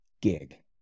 gig